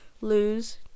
lose